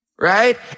right